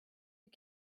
you